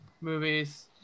movies